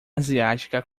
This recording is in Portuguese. asiática